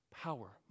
Power